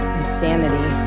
insanity